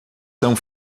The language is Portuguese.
são